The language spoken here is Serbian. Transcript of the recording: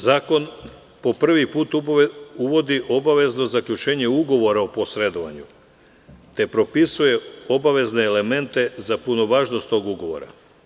Zakon po prvi put uvodi obavezno zaključenje ugovora o posredovanju, te propisuje obavezne elemente za punovažnost tog ugovora.